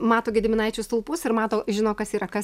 mato gediminaičių stulpus ir mato žino kas yra kas